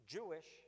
Jewish